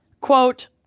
Quote